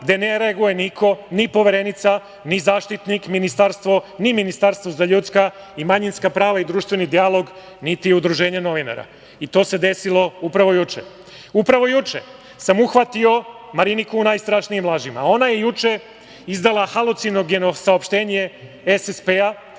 gde ne reaguje niko, ni Poverenica, ni Zaštitnik, ni Ministarstvo za ljudska i manjinska prava i društveni dijalog, niti Udruženje novinara, i to se desilo upravo juče. Upravo juče sam uhvatio Mariniku u najstrašnijim lažima. Ona je juče izdala halucinogeno saopštenje SSP-a